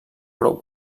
prou